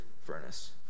furnace